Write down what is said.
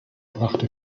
brachte